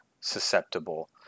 susceptible